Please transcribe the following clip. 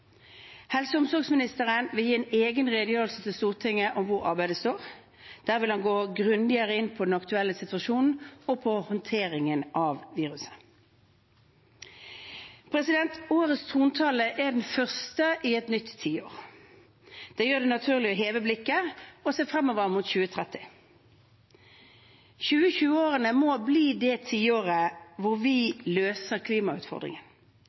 Helse- og omsorgsministeren vil gi en egen redegjørelse til Stortinget om hvor arbeidet står. Der vil han gå grundigere inn på den aktuelle situasjonen og på håndteringen av viruset. Årets trontale er den første i et nytt tiår. Det gjør det naturlig å heve blikket og se fremover mot 2030. 2020-årene må bli det tiåret hvor vi løser klimautfordringen,